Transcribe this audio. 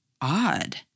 odd